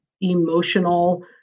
emotional